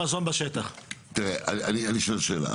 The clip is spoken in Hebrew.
אני שואל שאלה,